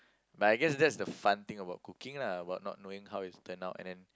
but I guess that's the fun thing about cooking lah about not knowing how it will turn out and then